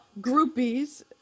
groupies